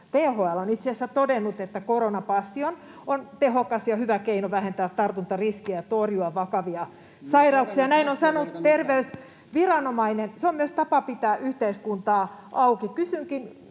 asiassa todennut, että koronapassi on tehokas ja hyvä keino vähentää tartuntariskiä ja torjua vakavia sairauksia. [Välihuuto] — Näin on sanonut terveysviranomainen. — Se on myös tapa pitää yhteiskuntaa auki.